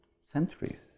centuries